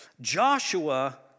Joshua